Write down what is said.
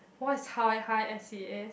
what is high high s_e_s